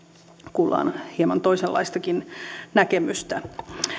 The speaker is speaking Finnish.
kuullaan hieman toisenlaistakin näkemystä